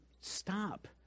Stop